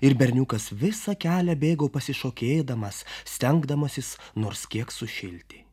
ir berniukas visą kelią bėgo pasišokėdamas stengdamasis nors kiek sušilti